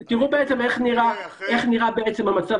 אתה מכניס אותנו